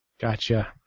Gotcha